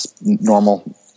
normal